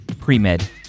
Pre-Med